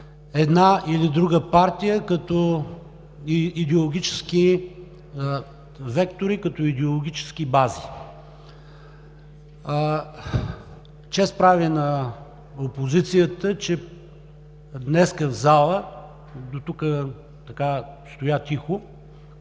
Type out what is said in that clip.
една или друга партия като идеологически вектори, като идеологически бази. Чест прави на опозицията, че днес в залата дотук стоя тихо,